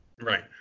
Right